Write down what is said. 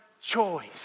choice